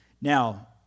Now